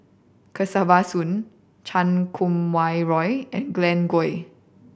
Kesavan Soon Chan Kum Wah Roy and Glen Goei